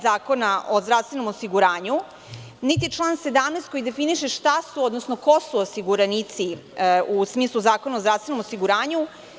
Zakona o zdravstvenom osiguranju, niti član 17. koji definiše šta su, odnosno ko su osiguranici u smislu Zakona o zdravstvenom osiguranju.